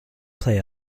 play